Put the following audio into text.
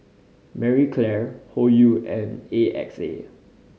Marie Claire Hoyu and A X A